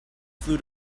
flew